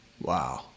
Wow